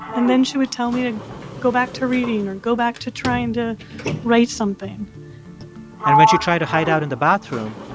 and then she would tell me to go back to reading or go back to trying to write something and when she tried to hide out in the bathroom,